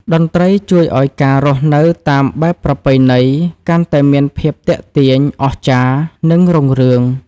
តន្ត្រីជួយឱ្យការរស់នៅតាមបែបប្រពៃណី កាន់តែមានភាពទាក់ទាញ អស្ចារ្យ និងរុងរឿង។